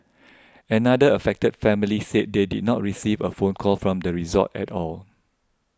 another affected family said they did not receive a phone call from the resort at all